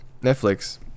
Netflix